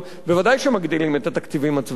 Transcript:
ודאי שמגדילים את התקציבים הצבאיים.